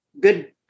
good